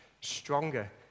stronger